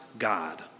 God